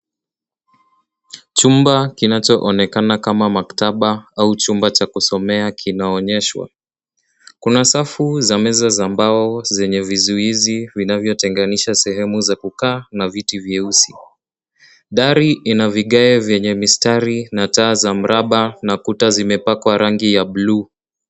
Chumba kinachoonekana kama maktaba au chumba cha kusomea kinaonyeshwa. Kuna safu za meza za mbao zenye vizuizi vinavyotenganisha sehemu za kukaa na viti vyeusi. Dari Ina vigae vyenye mistari na taa za mraba na Kuta zimepakwa rangi ya buluu.